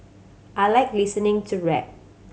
I like listening to rap